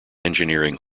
engineering